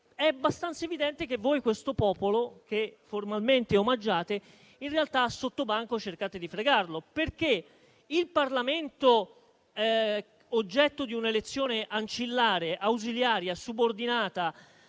È abbastanza evidente che voi questo popolo, che formalmente omaggiate, in realtà sottobanco cercate di fregarlo. Il Parlamento oggetto di un'elezione ancillare, ausiliaria, subordinata,